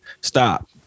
Stop